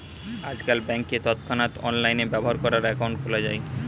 আজকাল ব্যাংকে তৎক্ষণাৎ অনলাইনে ব্যবহার করার অ্যাকাউন্ট খোলা যায়